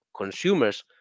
consumers